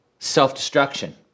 Self-destruction